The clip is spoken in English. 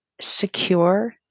secure